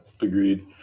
Agreed